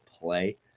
Play